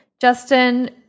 Justin